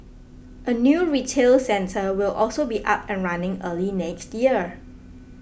a new retail centre will also be up and running early next year